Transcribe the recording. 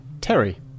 Terry